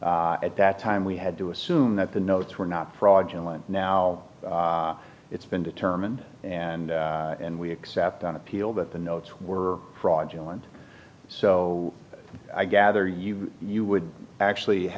state at that time we had to assume that the notes were not fraudulent now it's been determined and and we accept on appeal that the notes were fraudulent so i gather you you would actually